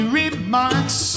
remarks